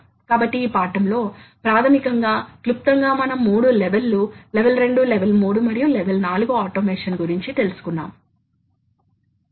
part program block యొక్క మూడు లక్షణాలను చెప్పండి కాబట్టి వివిధ లక్షణాలు చెప్పండి